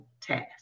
task